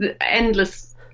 Endless